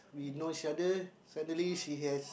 we know each other suddenly she has